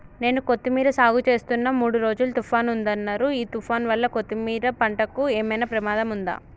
నేను కొత్తిమీర సాగుచేస్తున్న మూడు రోజులు తుఫాన్ ఉందన్నరు ఈ తుఫాన్ వల్ల కొత్తిమీర పంటకు ఏమైనా ప్రమాదం ఉందా?